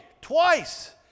Twice